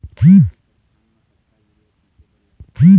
एक एकड़ धान म कतका यूरिया छींचे बर लगथे?